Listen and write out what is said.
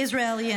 Israelis,